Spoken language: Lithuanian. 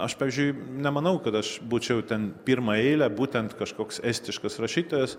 aš pavyzdžiui nemanau kad aš būčiau ten pirmaeilę būtent kažkoks estiškas rašytojas